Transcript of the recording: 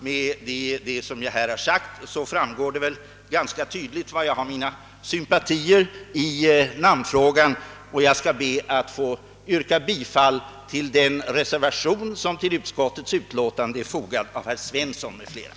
Av vad jag här anfört framgår det väl ganska tydligt var jag har mina sympatier i namnfrågan. Jag ber att få yrka bifall till den reservation som till utskottets utlåtande är fogad av herr Svensson m.fl.